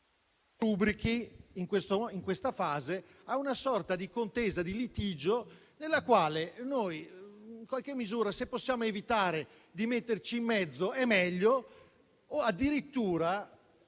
si rubrichi questa fase ad una sorta di contesa e di litigio, nella quale noi in qualche misura se possiamo evitare di metterci in mezzo è meglio o, addirittura,